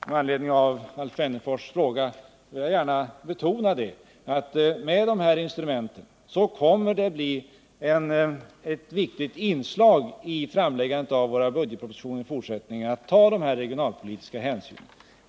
Med anledning av Alf Wennerfors fråga vill jag gärna betona, att med de här instrumenten kommer det att bli ett viktigt inslag vid framläggandet av våra budgetpropositioner i fortsättningen att ta de här regionalpolitiska hänsynen.